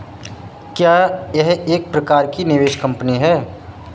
क्या यह एक प्रकार की निवेश कंपनी है?